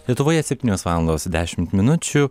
lietuvoje septynios valandos dešimt minučių